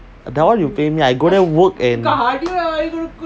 that one you pay me I go there work and